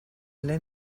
lei